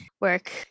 work